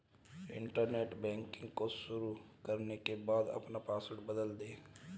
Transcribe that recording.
internet banking को शुरू करने के बाद अपना पॉसवर्ड बदल दे